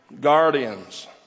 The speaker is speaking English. Guardians